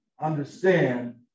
understand